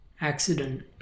accident